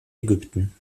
ägypten